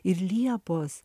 ir liepos